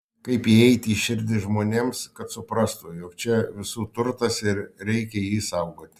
kaip įeiti į širdį žmonėms kad suprastų jog čia visų turtas ir reikia jį saugoti